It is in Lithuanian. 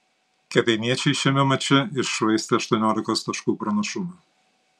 kėdainiečiai šiame mače iššvaistė aštuoniolikos taškų pranašumą